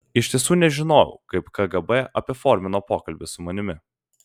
iš tiesų nežinojau kaip kgb apiformino pokalbį su manimi